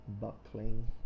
buckling